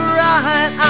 right